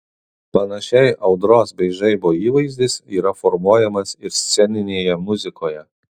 panašiai audros bei žaibo įvaizdis yra formuojamas ir sceninėje muzikoje